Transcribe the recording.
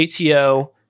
ATO